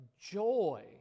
joy